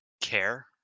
care